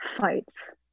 fights